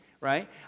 right